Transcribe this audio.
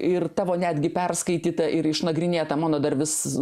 ir tavo netgi perskaityta ir išnagrinėta mano dar vis